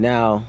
Now